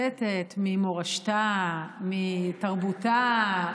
השרה מצטטת ממורשתה, מתרבותה.